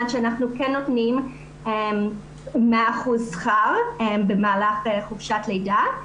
שאנחנו כן נותנים 100% שכר במהלך חופשת לידה.